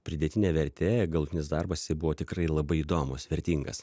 pridėtinė vertė galutinis darbas isai buvo tikrai labai įdomus vertingas